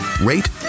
rate